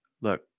look